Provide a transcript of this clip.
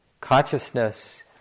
consciousness